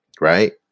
right